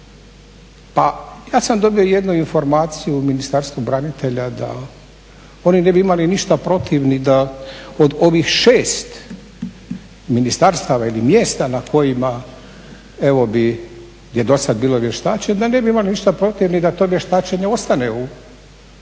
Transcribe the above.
Pa ja sam dobio jednu informaciju u Ministarstvu branitelja da oni ne bi imali ništa protiv ni da od ovih 6 ministarstava ili mjesta na kojima evo bi, gdje je do sada bilo vještačenje, da ne bi imali ništa protiv ni da to vještačenje ostane u sklopu